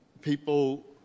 people